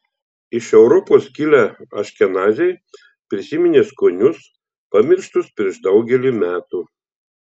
iš europos kilę aškenaziai prisiminė skonius pamirštus prieš daugelį metų